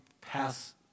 pass